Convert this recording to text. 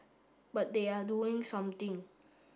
but they are doing something